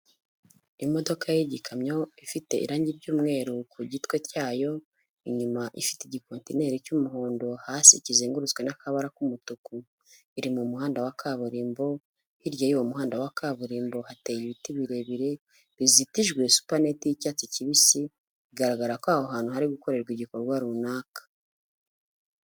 Imodoka y'igikamyo ifite irangi ry'umweru ku gitwe cyayo, inyuma ifite igikontineri cy'umuhondo hasi kizengurutswe n'akabara k'umutuku, iri mu muhanda wa kaburimbo, hirya y'uwo muhanda wa kaburimbo hateye ibiti birebire, bizitijwe supaneti y'icyatsi kibisi, bigaragara ko aho hantu hari gukorerwa igikorwa runaka.